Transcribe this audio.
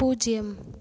பூஜ்ஜியம்